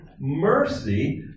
mercy